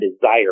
desire